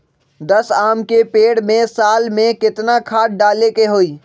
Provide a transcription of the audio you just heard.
दस आम के पेड़ में साल में केतना खाद्य डाले के होई?